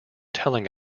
telling